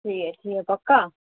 ठीक ऐ ठीक ऐ पक्का